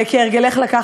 וכהרגלך לקחת,